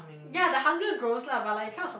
ya the hunger grows lah but like comes of